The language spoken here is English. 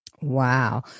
Wow